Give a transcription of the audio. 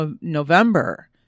November